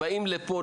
באים לפה,